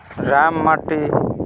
Ram Mardi